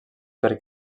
per